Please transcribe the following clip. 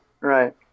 right